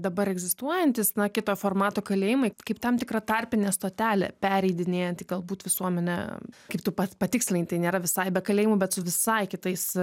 dabar egzistuojantys na kito formato kalėjimai kaip tam tikra tarpinė stotelė pereidinėjant į galbūt visuomenę kaip tu pats patikslintai tai nėra visai be kalėjimų bet su visai kitais